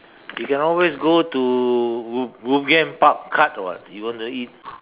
you can always go to woo~ woo~ and park card [what] you want to eat